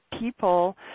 people